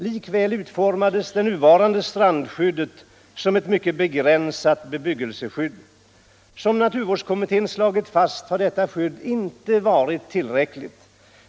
Likväl utformades det nuvarande strandskyddet som ett mycket begränsat bebyggelseskydd. Såsom naturvårdskommittén slagit fast har detta skydd inte varit tillräckligt.